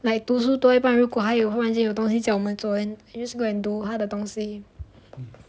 like 读书多一半如果他有忽然间他有东西叫我们做 I just go and do 他的东西